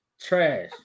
Trash